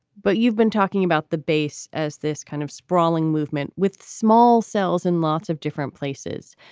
but you've been talking about the base as this kind of sprawling movement with small cells and lots of different places.